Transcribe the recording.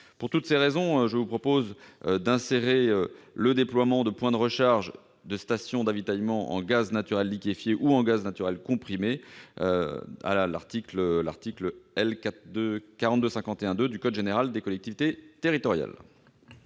mes chers collègues, je vous propose d'insérer le déploiement de points de recharge et de stations d'avitaillement en gaz naturel liquéfié ou comprimé à l'article L. 4251-2 du code général des collectivités territoriales.